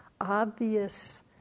obvious